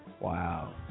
Wow